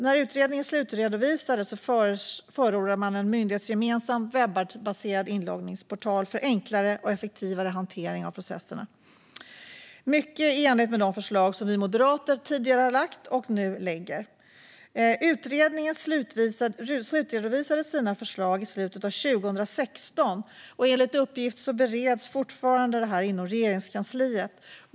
När utredningen slutredovisades förordade man en myndighetsgemensam webbaserad inloggningsportal för enklare och effektivare hantering av processerna, mycket i enlighet med de förslag som vi moderater tidigare har lagt fram och nu lägger fram. Utredningen slutredovisade sina förslag i slutet av 2016, och enligt uppgift bereds detta fortfarande inom Regeringskansliet.